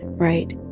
right?